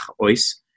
ois